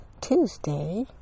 Tuesday